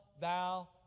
thou